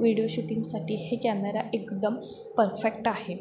video शूटिंगसाठी हे camera एकदम परफेक्ट आहे